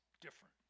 different